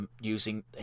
using